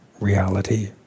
reality